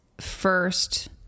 first